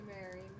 Mary